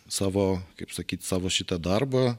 savo kaip sakyt savo šitą darbą